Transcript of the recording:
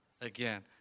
again